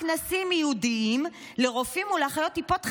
כנסים ייעודיים לרופאים ולאחיות טיפות חלב.